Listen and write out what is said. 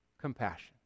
compassion